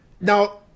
Now